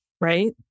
Right